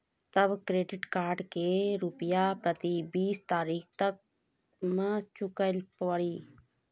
तब credit card के रूपिया प्रतीक बीस तारीख तक मे चुकल पड़ी?